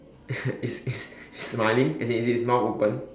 it's it's it's smiling as in is its mouth open